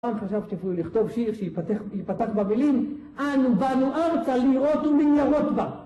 פעם חשבתי אפילו לכתוב שיר שיפתח במילים אנו בנו ארצה לראות ומניארות בה